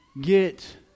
get